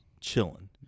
chilling